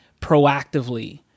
proactively